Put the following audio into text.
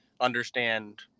understand